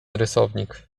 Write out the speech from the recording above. rysownik